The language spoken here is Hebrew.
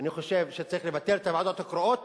שצריך לבטל את הוועדות הקרואות,